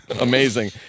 amazing